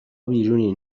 بیرونین